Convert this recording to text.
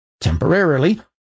temporarily